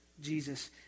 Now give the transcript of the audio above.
Jesus